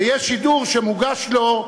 ויש שידור שמוגש לו,